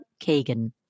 Kagan